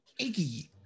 Iggy